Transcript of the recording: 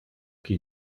qui